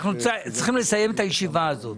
אנחנו צריכים לסיים את הישיבה הזאת.